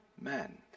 men